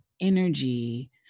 energy